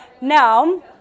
now